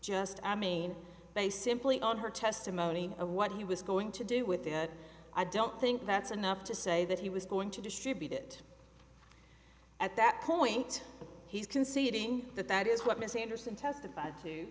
just i mean they simply on her testimony of what he was going to do with it i don't think that's enough to say that he was going to distribute it at that point he's conceding that that is what ms anderson testif